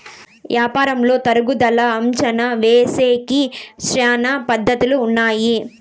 యాపారంలో తరుగుదల అంచనా ఏసేకి శ్యానా పద్ధతులు ఉన్నాయి